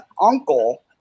uncle